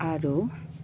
আৰু